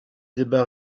débats